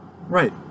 Right